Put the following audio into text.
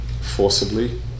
forcibly